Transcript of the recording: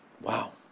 Wow